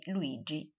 Luigi